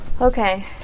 Okay